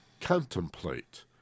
contemplate